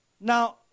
Now